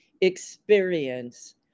experience